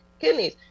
kidneys